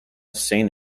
saint